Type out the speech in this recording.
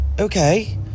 okay